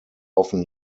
often